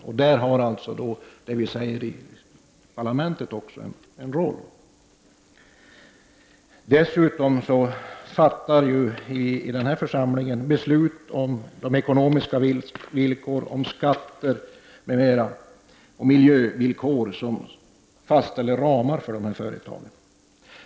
Det vi säger i parlamentet spelar därvid också en roll. Dessutom fattar ju den här församlingen beslut om ekonomiska villkor, skatter och miljövillkor som fastställer ramarna för de här företagen.